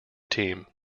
team